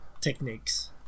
techniques